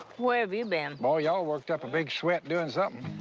where have you been? boy, y'all worked up a big sweat doing something.